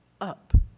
up